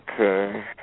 Okay